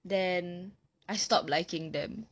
then I stop liking them